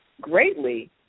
greatly